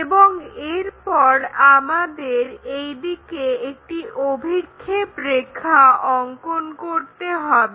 এবং এরপর আমাদের এইদিকে একটি অভিক্ষেপ রেখা অঙ্কন করতে হবে